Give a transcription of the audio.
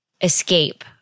escape